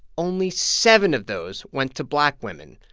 only seven of those went to black women,